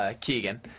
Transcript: Keegan